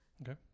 Okay